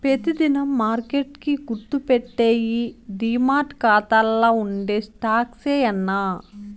పెతి దినం మార్కెట్ కి గుర్తుపెట్టేయ్యి డీమార్ట్ కాతాల్ల ఉండే స్టాక్సే యాన్నా